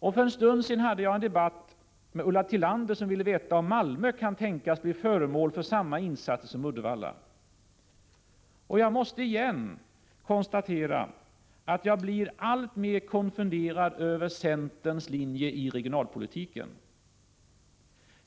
För en stund sedan hade jag en debatt med Ulla Tillander, som ville veta om Malmö kan tänkas bli föremål för samma insats som Uddevalla. Jag måste konstatera att jag blir alltmer konfunderad när det gäller centerns linje i regionalpolitiken.